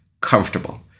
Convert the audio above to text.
comfortable